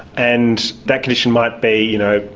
and that condition might be, you know,